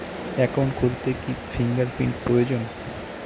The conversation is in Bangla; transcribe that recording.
একাউন্ট খুলতে কি ফিঙ্গার প্রিন্ট প্রয়োজন?